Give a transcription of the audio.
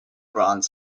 bronze